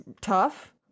tough